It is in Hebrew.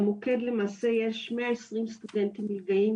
למוקד למעשה יש מאה עשרים סטודנטים מיידעים,